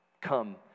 Come